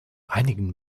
einigen